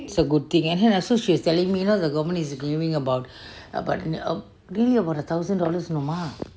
it's a good thing and then she also was telling me you know the government is giving about really about a thousand dollars you know mah